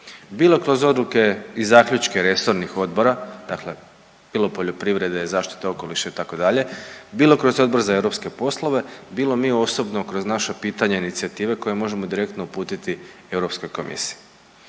bilo kroz odluke i zaključke resornih odbora, dakle bilo poljoprivrede, zaštite okoliša itd., bilo kroz Odbor za europske poslove, bilo mi osobno kroz naša pitanja, inicijative koje možemo direktno uputiti Europskoj komisiji.